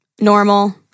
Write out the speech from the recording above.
normal